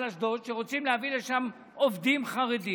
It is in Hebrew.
אשדוד ורוצים להביא לשם עובדים חרדים,